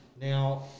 Now